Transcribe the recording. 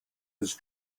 his